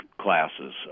classes